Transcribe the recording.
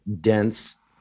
dense